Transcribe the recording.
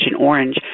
Orange